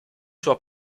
suo